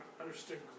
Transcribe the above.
understand